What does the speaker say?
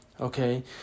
Okay